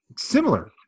similar